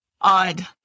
odd